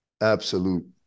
absolute